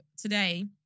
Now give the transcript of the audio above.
today